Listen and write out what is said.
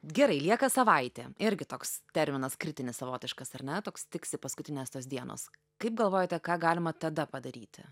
gerai lieka savaitė irgi toks terminas kritinis savotiškas ar ne toks tiksi paskutinės tos dienos kaip galvojate ką galima tada padaryti